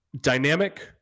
dynamic